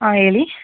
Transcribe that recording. ಹಾಂ ಹೇಳಿ